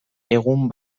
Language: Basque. egun